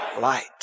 light